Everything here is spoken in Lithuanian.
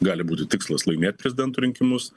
gali būti tikslas laimėt prezidento rinkimus